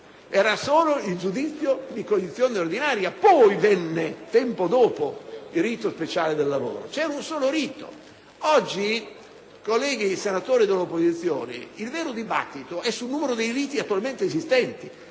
era solo il giudizio di cognizione ordinaria. Poi, tempo dopo, venne introdotto il rito speciale del lavoro. C'era un solo rito, mentre oggi, colleghi senatori dell'opposizione, il vero dibattito è sul numero dei riti attualmente esistenti: